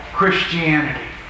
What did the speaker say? Christianity